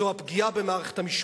זו הפגיעה במערכת המשפט.